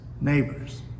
neighbors